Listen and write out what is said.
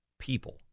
people